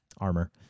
armor